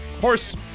horse